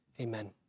Amen